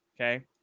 Okay